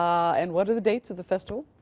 um and what are the dates of the festival?